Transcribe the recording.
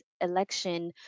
election